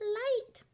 light